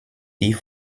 die